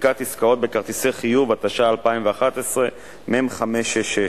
(סליקת עסקאות בכרטיסי חיוב), התשע"א 2011, מ/566.